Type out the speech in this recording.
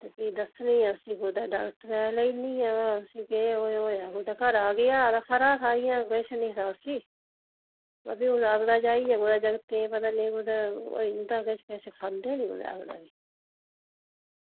ते फ्ही दस्सनी आं उसी कुदै डाक्टरै दे लेई जन्नी आं ते उसी केह् होएआ कुतै घरा गेआ हा ते खरा हा इ'यां किश निं हा उसी ते कुतै अगड़ा जाइयै कुदै जागतें ई पता नेईं होई जंदा किश किश खंदे नी कुतै अगड़े